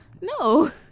No